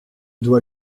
dois